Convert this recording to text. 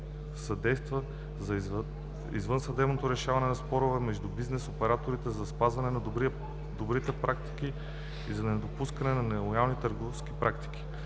съдейства за извънсъдебното разрешаване на спорове между бизнес операторите, за спазването на добрите практики и за недопускането на нелоялни търговски практики.